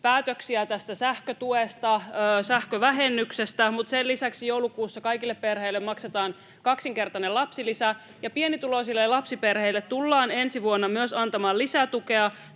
päätöksiä tästä sähkötuesta, sähkövähennyksestä, ja sen lisäksi joulukuussa kaikille perheille maksetaan kaksinkertainen lapsilisä, ja pienituloisille lapsiperheille tullaan ensi vuonna myös antamaan lisätukea